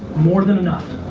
more than enough.